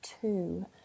two